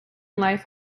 life